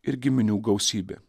ir giminių gausybė